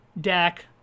Dak